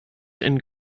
and